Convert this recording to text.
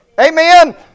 Amen